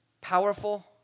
powerful